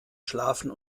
schlafen